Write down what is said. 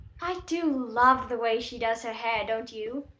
i do love the way she does her hair, don't you?